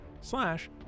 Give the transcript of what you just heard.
slash